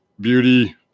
beauty